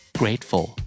grateful